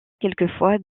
quelquefois